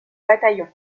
bataillon